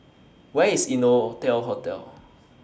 Where IS Innotel Hotel